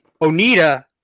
Onita